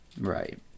Right